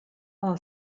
all